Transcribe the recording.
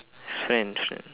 his friend his friend